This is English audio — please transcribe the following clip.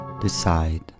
decide